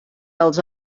dels